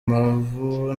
amavu